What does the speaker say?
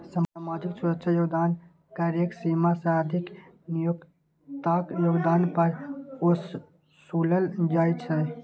सामाजिक सुरक्षा योगदान कर एक सीमा सं अधिक नियोक्ताक योगदान पर ओसूलल जाइ छै